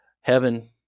heaven